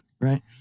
right